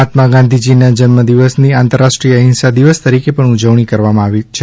માહાત્મા ગાંધીજીનાં જન્મદિવસની આંતરરાષ્ટ્રીય અહિંસા દિવસ તરીકે પણ ઉજવણી કરવામાં આવે છે